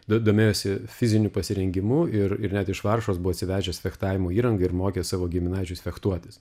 do domėjosi fiziniu pasirengimu ir ir net iš varšuvos buvo atsivežęs fechtavimo įrangą ir mokė savo giminaičius fechtuotis